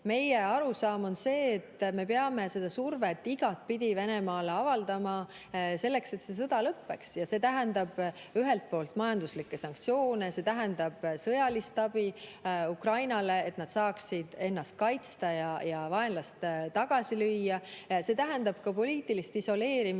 meie arusaam on see, et me peame seda survet igatpidi Venemaale avaldama, selleks et see sõda lõppeks. See tähendab ühelt poolt majanduslikke sanktsioone. See tähendab [teiselt poolt] sõjalist abi Ukrainale, et nad saaksid ennast kaitsta ja vaenlast tagasi lüüa. See tähendab ka poliitilist isoleerimist